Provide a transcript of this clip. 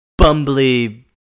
bumbly